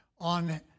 on